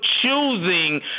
choosing